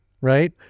right